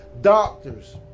Doctors